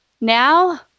now